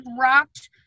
rocked